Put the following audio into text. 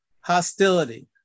hostility